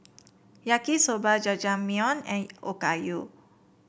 Yaki Soba Jajangmyeon and Okayu